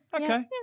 okay